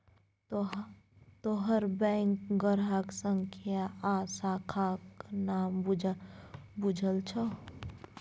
तोहर बैंकक ग्राहक संख्या आ शाखाक नाम बुझल छौ